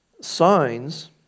signs